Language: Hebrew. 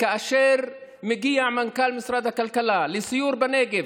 כאשר מגיע מנכ"ל משרד הכלכלה לסיור בנגב,